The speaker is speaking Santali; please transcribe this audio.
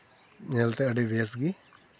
ᱧᱮᱞᱛᱮ ᱟᱹᱰᱤ ᱵᱮᱥ ᱜᱮ